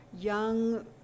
young